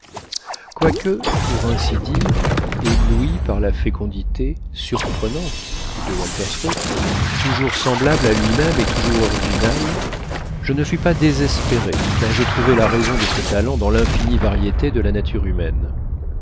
quoique pour ainsi dire ébloui par la fécondité surprenante de walter scott toujours semblable à lui-même et toujours original je ne fus pas désespéré car je trouvai la raison de ce talent dans l'infinie variété de la nature humaine